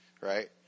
right